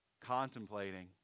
contemplating